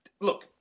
Look